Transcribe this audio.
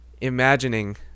imagining